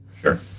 Sure